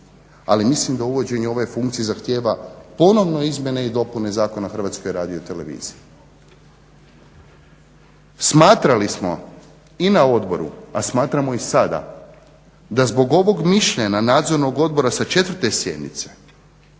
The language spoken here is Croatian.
ali mislim da uvođenje ove funkcije zahtjeva ponovno izmjene i dopune Zakona o HRT-u. Smatrali smo i na odboru, a smatramo i sada da zbog ovog mišljenja nadzornog odbora sa 4.sjednice